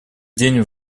день